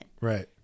Right